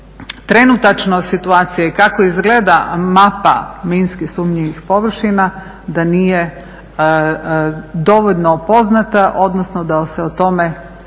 trenutačno situacija i kako izgleda mapa minski sumnjivih površina da nije dovoljno poznata odnosno da se o tome ne